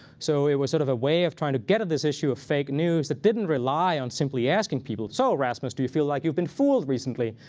so it was sort of a way of trying to get at this issue of fake news that didn't rely on simply asking people. so, rasmus, do you feel like you've been fooled recently?